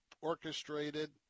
orchestrated